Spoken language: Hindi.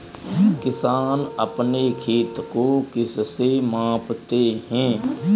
किसान अपने खेत को किससे मापते हैं?